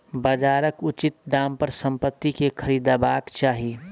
बजारक उचित दाम पर संपत्ति के खरीदबाक चाही